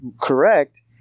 correct